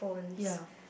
ya